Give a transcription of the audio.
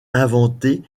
inventer